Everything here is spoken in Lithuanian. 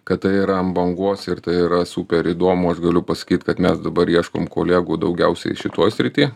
kad tai yra ant bangos ir tai yra super įdomu aš galiu pasakyt kad mes dabar ieškom kolegų daugiausiai šitoj srity